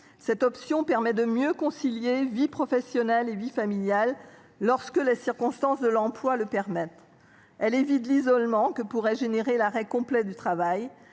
Cette option permet de mieux concilier vie professionnelle et vie familiale lorsque les circonstances et l’emploi l’autorisent. Elle évite l’isolement que pourrait entraîner l’arrêt complet du travail.